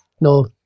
No